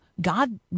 God